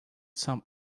some